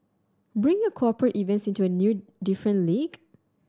bring your cooperate events into a new different league